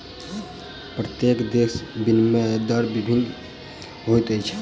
प्रत्येक देशक विनिमय दर भिन्न होइत अछि